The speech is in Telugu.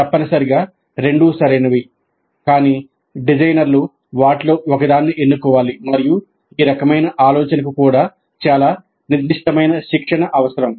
తప్పనిసరిగా రెండూ సరైనవి కానీ డిజైనర్లు వాటిలో ఒకదాన్ని ఎన్నుకోవాలి మరియు ఈ రకమైన ఆలోచనకు కూడా చాలా నిర్దిష్టమైన శిక్షణ అవసరం